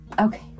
Okay